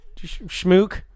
schmook